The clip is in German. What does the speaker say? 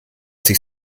sich